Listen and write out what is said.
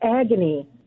agony